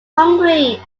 hungry